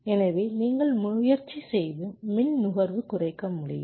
எனவே நீங்கள் முயற்சி செய்து மின் நுகர்வு குறைக்க முடியும்